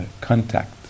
contact